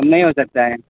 نہیں ہو سکتا ہے